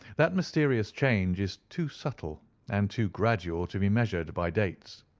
that mysterious change is too subtle and too gradual to be measured by dates.